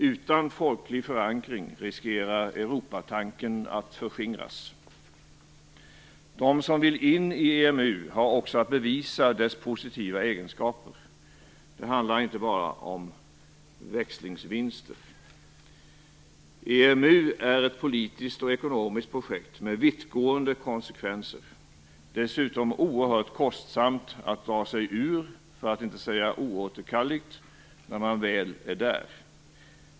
Utan folklig förankring riskerar Europatanken att förskingras. De som vill in i EMU har också att bevisa dess positiva egenskaper. Det handlar inte bara om växlingsvinster. EMU är ett politiskt och ekonomiskt projekt med vittgående konsekvenser. Det är dessutom oerhört kostsamt - för att inte säga oåterkalleligt - att dra sig ur projektet när man väl är där.